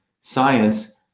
science